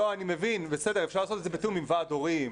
אני מבין, אפשר לעשות את זה בתיאום עם ועד הורים,